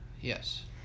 Yes